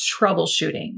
troubleshooting